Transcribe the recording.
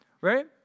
right